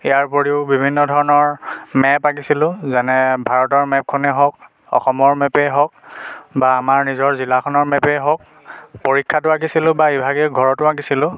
ইয়াৰোপৰিও বিভিন্ন ধৰণৰ মেপ আঁকিছিলোঁ যেনে ভাৰতৰ মেপখনেই হওক অসমৰ মেপে হওক বা আমাৰ নিজৰ জিলাখনৰ মেপেই হওক পৰীক্ষাটো আঁকিছিলোঁ বা ইভাগে ঘৰতো আঁকিছিলোঁ